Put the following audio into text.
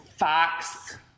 Fox